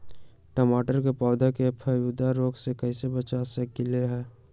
टमाटर के पौधा के फफूंदी रोग से कैसे बचा सकलियै ह?